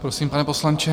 Prosím, pane poslanče.